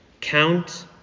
count